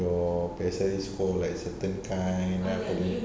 your P_S_L_E score like certain kind right